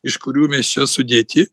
iš kurių mes čia sudėti